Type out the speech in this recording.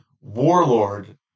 warlord